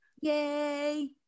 Yay